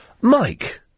Mike